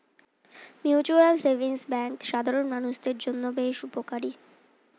mutual savings bank সাধারণ মানুষদের জন্য বেশ উপকারী